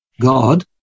God